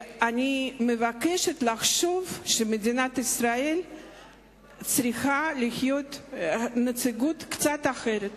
אני מבקשת לחשוב שלמדינת ישראל צריכה להיות נציגות קצת אחרת.